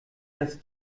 das